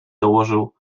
dołożył